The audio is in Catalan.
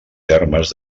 termes